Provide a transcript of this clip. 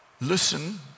listen